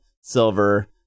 Silver